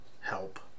help